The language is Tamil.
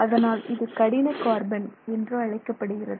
இதனால் இது கடின கார்பன் என்று அழைக்கப்படுகிறது